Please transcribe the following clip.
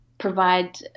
provide